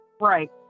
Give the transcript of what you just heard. Right